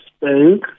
Bank